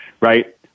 Right